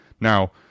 now